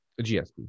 GSP